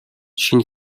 шинэ